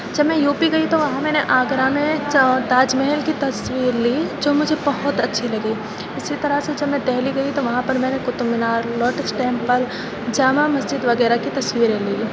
جب میں U P گئی تو وہاں میں نے آگرہ میں تاج محل کی تصویر لی جو مجھے بہت اچھی لگی اسی طرح سے جب میں ڈہلی گئی تو وہاں پر میں نے کطب مینار لوٹس ٹیمپل جامع مسجد وغیرہ کی تصویریں لی